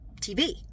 tv